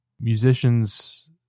musicians